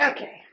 Okay